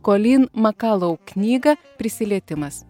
kolyn makalau knyga prisilietimas